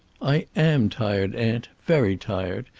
i am tired, aunt very tired.